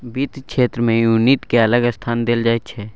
बित्त क्षेत्र मे एन्युटि केँ अलग स्थान देल जाइ छै